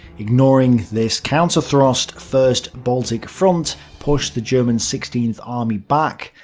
ignoring this counterthrust, first baltic front pushed the german sixteenth army back,